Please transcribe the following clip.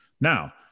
Now